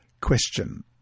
Question